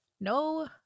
no